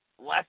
less